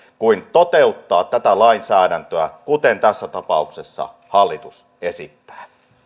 kuin toteuttaa tätä lainsäädäntöä kuten tässä tapauksessa hallitus esittää